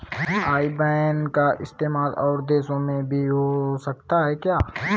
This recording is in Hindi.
आई बैन का इस्तेमाल और देशों में भी हो सकता है क्या?